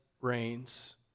reigns